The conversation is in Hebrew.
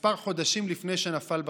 כמה חודשים לפני שנפל בקרב.